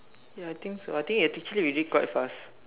ya I think so I think actually we did quite fast